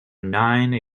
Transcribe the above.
nine